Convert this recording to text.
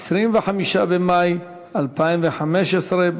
25 במאי 2015,